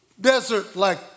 desert-like